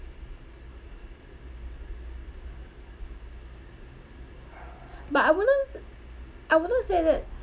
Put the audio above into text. but I wouldn't s~ I wouldn't say that